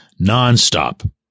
nonstop